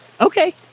Okay